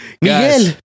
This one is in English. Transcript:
Miguel